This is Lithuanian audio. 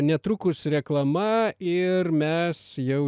netrukus reklama ir mes jau